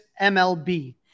mlb